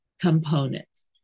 components